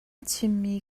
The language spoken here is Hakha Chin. chimmi